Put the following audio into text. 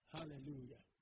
Hallelujah